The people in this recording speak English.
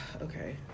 okay